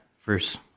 first